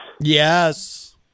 Yes